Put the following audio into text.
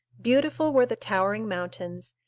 beautiful were the towering mountains,